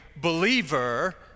believer